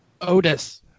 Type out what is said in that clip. Otis